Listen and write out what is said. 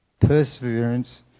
Perseverance